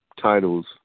titles